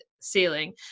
ceiling